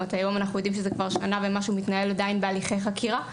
היום, זה מתנהל בהליכי חקירה כבר מעל שנה.